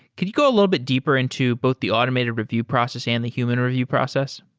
could you go a little bit deeper into both the automated review process and the human review process?